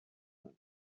بزند